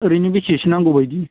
ओरैनो बेसेसो नांगौ बायदि